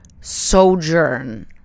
sojourn